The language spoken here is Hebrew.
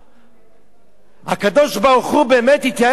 הקדוש-ברוך-הוא באמת התייעץ עם מלאכיו,